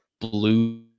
blue